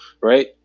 right